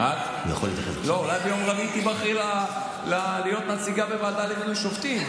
אולי ביום רביעי תיבחרי להיות נציגה בוועדה למינוי שופטים,